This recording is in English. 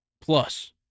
plus